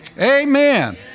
Amen